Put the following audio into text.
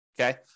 okay